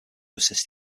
assist